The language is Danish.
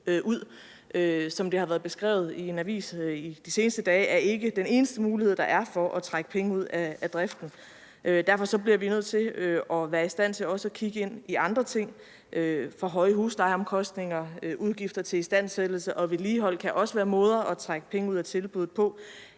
ud, som det har været beskrevet i en avis de seneste dage, er ikke den eneste mulighed, der er for at trække penge ud af driften. Derfor bliver vi nødt til at være i stand til også at kigge på andre ting, for høje huslejeomkostninger, udgifter til istandsættelse og vedligehold kan også være måder at trække penge ud af tilbuddet på,